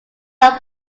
are